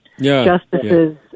justices